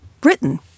Britain